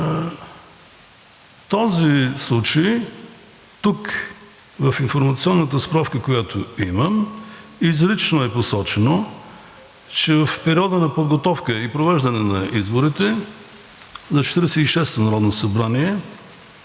този случай в информационната справка, която имам, изрично е посочено, че в периода на подготовка и провеждане на изборите за Четиридесет